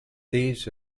these